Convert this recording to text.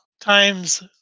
times